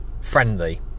friendly